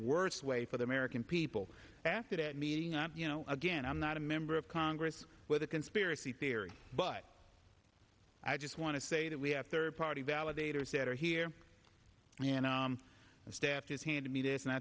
worst way for the american people after that meeting up again i'm not a member of congress with a conspiracy theory but i just want to say that we have third party validators that are here and the staff has handed me this and i